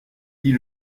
dit